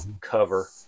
Cover